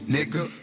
Nigga